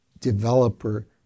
developer